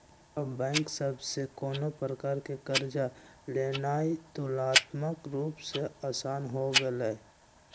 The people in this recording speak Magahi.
अब बैंक सभ से कोनो प्रकार कें कर्जा लेनाइ तुलनात्मक रूप से असान हो गेलइ